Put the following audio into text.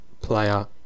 player